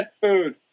food